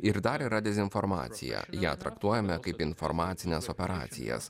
ir dar yra dezinformacija ją traktuojame kaip informacines operacijas